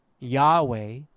Yahweh